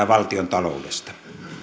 valtiontaloudesta